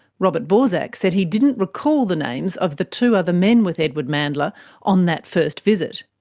robert borsak said he didn't recall the names of the two other men with edward mandla on that first visit.